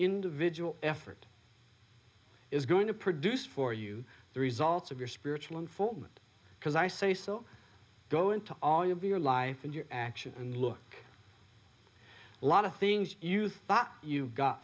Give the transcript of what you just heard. individual effort is going to produce for you the results of your spiritual unfoldment because i say so go into all of your life and your actions and look a lot of things you thought you got